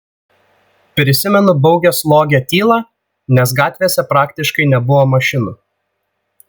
prisimenu baugią slogią tylą nes gatvėse praktiškai nebuvo mašinų